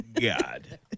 God